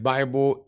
Bible